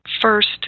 first